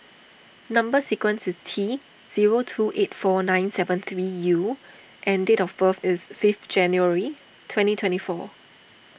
Number Sequence is T zero two eight four nine seven three U and date of birth is fifth January twenty twenty four